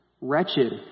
wretched